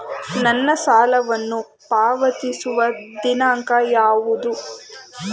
ನನ್ನ ಸಾಲವನ್ನು ಪಾವತಿಸುವ ದಿನಾಂಕ ಯಾವುದು?